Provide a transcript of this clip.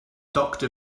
doctor